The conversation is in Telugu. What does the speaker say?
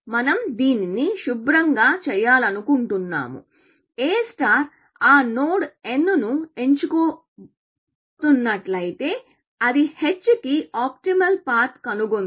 మనం దీనిని శుభ్రంగా చేయాలనుకుంటున్నాను A ఆ నోడ్ n ను ఎంచుకోబోతున్నట్లయితే అది n కి ఆప్టిమల్ పాత్ కనుగొంది